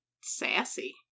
sassy